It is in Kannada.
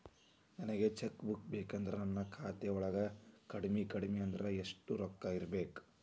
ನನಗ ಚೆಕ್ ಬುಕ್ ಬೇಕಂದ್ರ ನನ್ನ ಖಾತಾ ವಳಗ ಕಡಮಿ ಕಡಮಿ ಅಂದ್ರ ಯೆಷ್ಟ್ ರೊಕ್ಕ ಇರ್ಬೆಕು?